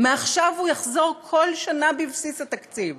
מעכשיו הוא יחזור כל שנה בבסיס התקציב,